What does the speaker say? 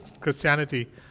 Christianity